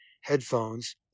headphones